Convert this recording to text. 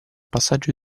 passaggio